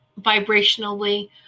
vibrationally